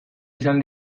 izan